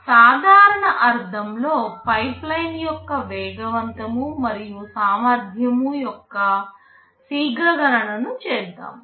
సాధారణ అర్థం లో పైప్లైన్ యొక్క వేగవంతం మరియు సామర్థ్యం యొక్క శీఘ్ర గణనను చేద్దాం